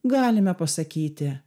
galime pasakyti